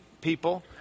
people